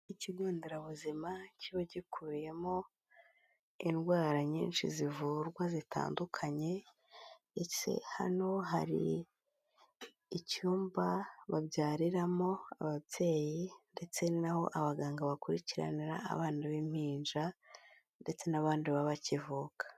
Ikigo nderabuzima kiba gikubiyemo indwara nyinshi zivurwa zitandukanye, ndetse hano hari icyumba babyariramo ababyeyi ndetse n'aho abaganga bakurikiranira abana b'impinja ndetse n'abandi baba bakivuka.